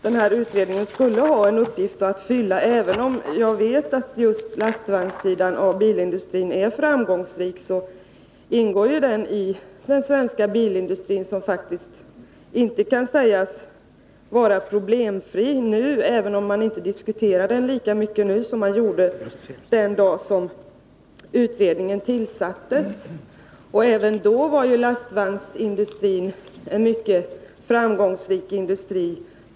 Den här utredningen borde ha en uppgift att fylla. Jag vet att lastvagnsindustrin är framgångsrik, men den ingår ändå i den svenska bilindustrin som faktiskt inte kan sägas vara problemfri, även om den inte diskuteras lika mycket nu som då utredningen tillsattes. Även vid den tidpunkten var lastvagnsindustrin mycket framgångsrik.